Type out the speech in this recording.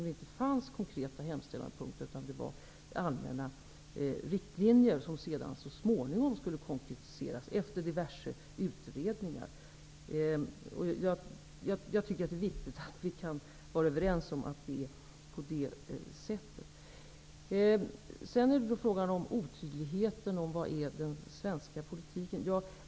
Det finns inga konkreta hemställanspunkter utan enbart allmänna riktlinjer som så småningom, efter diverse utredningar, skulle konkretiseras. Det är viktigt att vi känner till och är överens om detta. Det har sagts att det är otydligt vad den svenska politiken innebär.